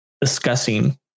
discussing